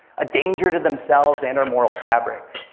a danger to themselves and our moral fabric,